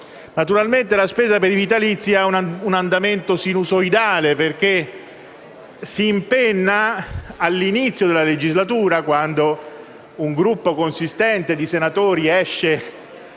Naturalmente la spesa per i vitalizi ha un andamento sinusoidale, perché si impenna all'inizio della legislatura, quando un numero consistente di senatori non